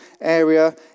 area